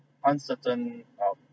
uncertain um